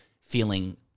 feeling